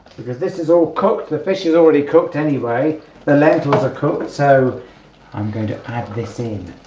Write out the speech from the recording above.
because this is all cooked the fish is already cooked anyway the lentils are cooked so i'm going to add this in